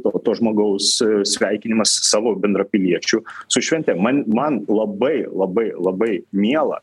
to to žmogaus sveikinimas savo bendrapiliečių su švente man man labai labai labai miela